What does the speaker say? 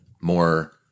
more